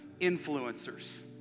influencers